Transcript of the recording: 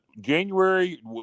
January